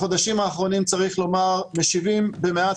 צריך לומר שהחודשים האחרונים משיבים במעט